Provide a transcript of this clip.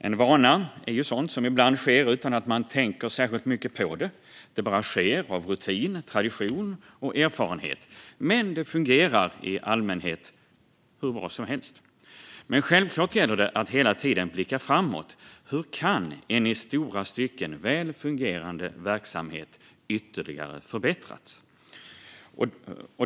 En vana är ju sådant som ibland sker utan att man tänker särskilt mycket på det - det bara sker av rutin, tradition och erfarenhet, men det fungerar i allmänhet hur bra som helst. Självklart gäller det dock att hela tiden blicka framåt - hur kan en i stora stycken väl fungerande verksamhet ytterligare förbättras?